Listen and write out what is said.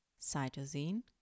cytosine